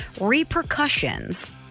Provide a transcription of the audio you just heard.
repercussions